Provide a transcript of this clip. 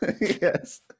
yes